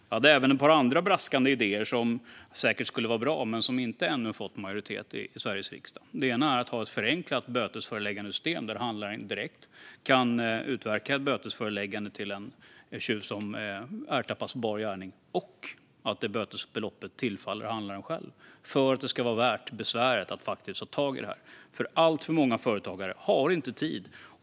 Jag hade även ett par andra braskande idéer som säkert skulle vara bra men som ännu inte fått majoritet i Sveriges riksdag. En av dessa är att ha ett förenklat bötesföreläggandesystem där handlaren direkt kan utverka ett bötesföreläggande till en tjuv som ertappas på bar gärning och att bötesbeloppet tillfaller handlaren själv, för att det ska vara värt besväret att faktiskt ta tag i det här. Alltför många företagare har inte tid.